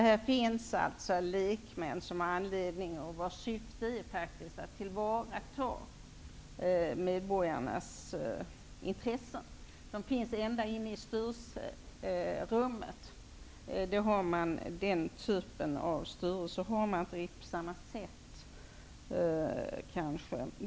Det finns lekmän som skall ta till vara medborgarnas intressen. De finns ända inne i styrelserummet. Den typen av styrelse har man inte på andra håll.